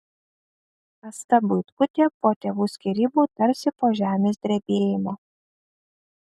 asta buitkutė po tėvų skyrybų tarsi po žemės drebėjimo